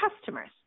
customers